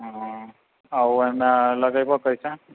हँ आ ओहिमे लगेबो कैसे